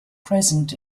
present